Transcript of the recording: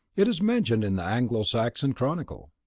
it is mentioned in the anglo-saxon chronicle.